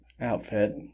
outfit